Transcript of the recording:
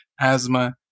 asthma